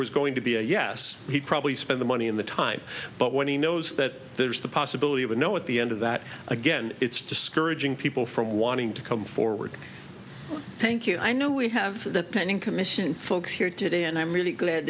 was going to be a yes he probably spend the money in the time but when he knows that there's the possibility of a no at the end of that again it's discouraging people from wanting to come forward thank you i know we have the pending commission folks here today and i'm really glad